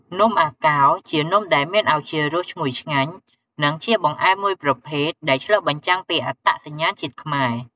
នំអាកោរជានំដែលមានឱជារសឈ្ងុយឆ្ងាញ់ និង ជាបង្អែមមួយប្រភេទដែលឆ្លុះបញ្ចាំងពីអត្តសញ្ញាណជាតិខ្មែរ។